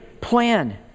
plan